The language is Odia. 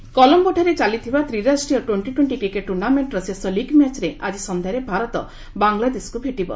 କ୍କେଟ୍ କଲମ୍ବୋଠାରେ ଚାଲିଥିବା ତ୍ରିରାଷ୍ଟ୍ରୀୟ ଟ୍ସେଣ୍ଟି ଟ୍ସେଣ୍ଟି କ୍ରିକେଟ୍ ଟ୍ରର୍ଣ୍ଣାମେଷ୍ଟର ଶେଷ ଲିଗ୍ ମ୍ୟାଚ୍ରେ ଆଜି ସନ୍ଧ୍ୟାରେ ଭାରତ ବାଂଲାଦେଶକୁ ଭେଟିବ